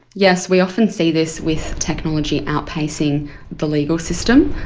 yes, we often see this with technology outpacing the legal system,